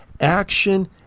action